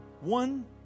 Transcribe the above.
one